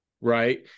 right